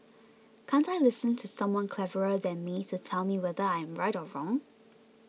can't I listen to someone cleverer than me to tell me whether I am right or wrong